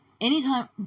anytime